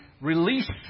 release